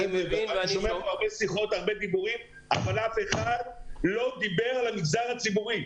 אני שומע הרבה דיבורים אבל אף אחד לא דיבר על המגזר הציבורי.